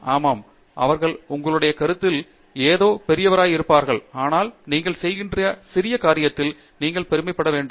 ஆமாம் அவர்கள் உங்களுடைய கருத்தில் ஏதோ பெரியவராய் இருப்பார்கள் ஆனால் நீங்கள் செய்கிற சிறிய காரியத்தில் நீங்கள் பெருமைப்பட வேண்டும்